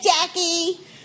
Jackie